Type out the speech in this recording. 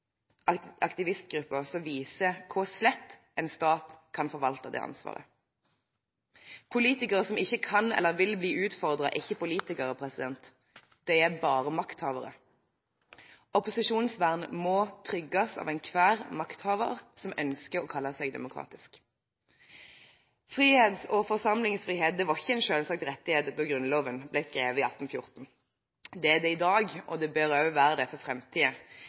som viser hvor slett en stat kan forvalte det ansvaret. Politikere som ikke kan eller vil bli utfordret, er ikke politikere. De er bare makthavere. Opposisjonsvern må trygges av enhver makthaver som ønsker å kalle seg demokratisk. Forenings- og forsamlingsfrihet var ikke en selvsagt rettighet da Grunnloven ble skrevet i 1814. Det er det i dag, og det bør også være det for